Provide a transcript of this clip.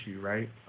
right